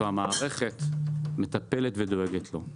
והמערכת מטפלת ודואגת לו.